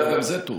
אגב, גם זה טוב.